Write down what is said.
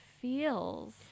feels